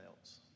else